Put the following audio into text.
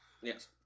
Yes